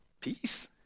Peace